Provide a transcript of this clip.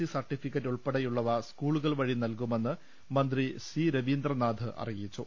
C certificate ഉൾപ്പെടെയുള്ളവ സ്കൂളുകൾ വഴി നൽകുമെന്ന് മന്ത്രി സി രവീന്ദ്രനാഥ് അറിയിച്ചു